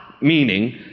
meaning